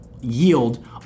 yield